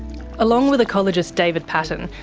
along with ecologist david paton,